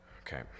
okay